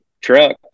truck